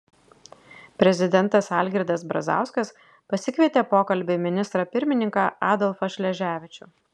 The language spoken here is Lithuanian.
prezidentas algirdas brazauskas pasikvietė pokalbiui ministrą pirmininką adolfą šleževičių